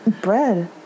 bread